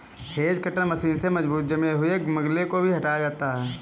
hedge cutter machine से मजबूत जमे हुए मलबे को भी हटाया जाता है